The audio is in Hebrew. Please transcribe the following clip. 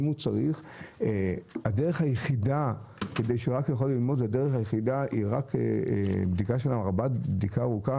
הדרך היחידה שאדם יוכל ללמוד היא רק בדיקה ארוכה